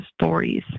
stories